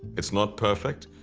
it's not perfect,